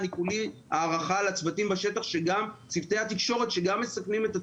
אני כולי הערכה לצוותי התקשורת בשטח שגם מסכנים את עצמם.